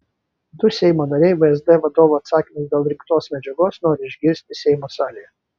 du seimo nariai vsd vadovo atsakymus dėl rinktos medžiagos nori išgirsti seimo salėje